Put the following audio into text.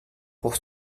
pour